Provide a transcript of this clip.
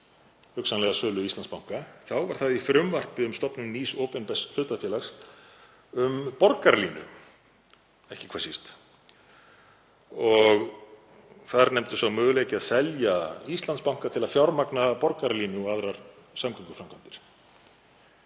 hugsanlega sölu Íslandsbanka var það í frumvarpi um stofnun nýs opinbers hlutafélags um borgarlínu, ekki hvað síst. Þar var nefndur sá möguleiki að selja Íslandsbanka til að fjármagna borgarlínu og aðrar samgönguframkvæmdir.